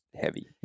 heavy